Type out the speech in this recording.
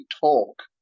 talk